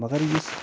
مگر یُس